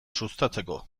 sustatzeko